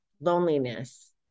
loneliness